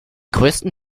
größten